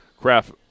craft